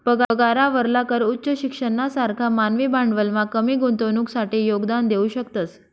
पगारावरला कर उच्च शिक्षणना सारखा मानवी भांडवलमा कमी गुंतवणुकसाठे योगदान देऊ शकतस